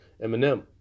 Eminem